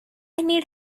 need